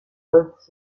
hurts